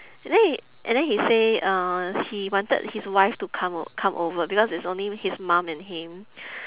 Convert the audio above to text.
and then he and then he say uh he wanted his wife to come o~ come over because it's only his mum and him